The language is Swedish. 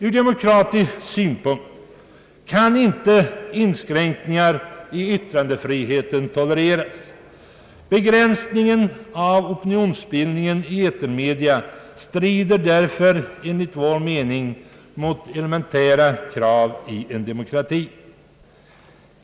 Ur demokratisk synpunkt kan inte inskränkningar i yttrandefriheten tolereras. Begränsningen av opinionsbildningen i etermedia strider därför enligt vår mening mot elementära krav i en demokrati.